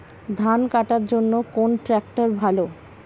ধান কাটার জন্য কোন ট্রাক্টর ভালো?